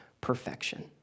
perfection